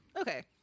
Okay